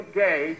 gay